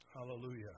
Hallelujah